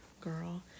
girl